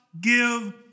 give